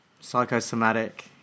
psychosomatic